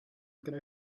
gonna